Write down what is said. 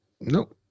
Nope